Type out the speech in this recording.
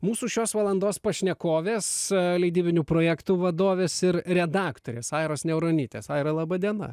mūsų šios valandos pašnekovės leidybinių projektų vadovės ir redaktorės airos niauronytės aira laba diena